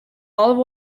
olive